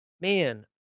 man